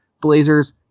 blazers